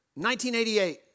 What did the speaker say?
1988